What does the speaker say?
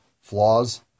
flaws